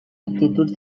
actituds